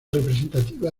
representativa